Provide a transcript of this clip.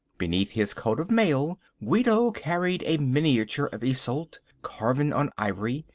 beneath his coat of mail guido carried a miniature of isolde, carven on ivory.